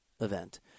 event